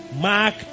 Mark